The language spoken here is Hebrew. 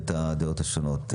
ואת הדעות השונות.